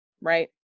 right